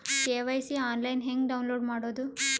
KYC online ಹೆಂಗ್ download ಮಾಡೋದು?